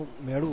45 p